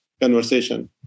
conversation